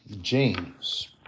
James